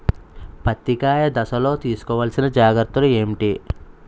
పత్తి కాయ దశ లొ తీసుకోవల్సిన జాగ్రత్తలు ఏంటి?